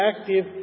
active